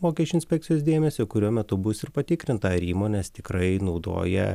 mokesčių inspekcijos dėmesio kurio metu bus ir patikrinta ar įmonės tikrai naudoja